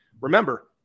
remember